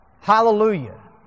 Hallelujah